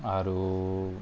আৰু